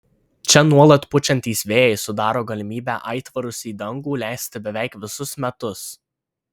čia nuolat pučiantys vėjai sudaro galimybę aitvarus į dangų leisti beveik visus metus